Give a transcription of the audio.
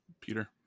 Peter